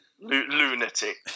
Lunatic